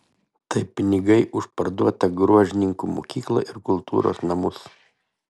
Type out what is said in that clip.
tai pinigai už parduotą gruožninkų mokyklą ir kultūros namus